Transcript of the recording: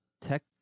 tech